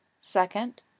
Second